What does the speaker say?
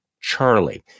charlie